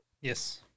Yes